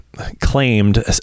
Claimed